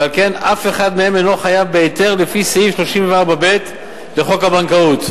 ועל כן אף אחד מהם אינו חייב בהיתר לפי סעיף 34(ב) לחוק הבנקאות.